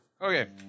Okay